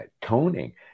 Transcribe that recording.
toning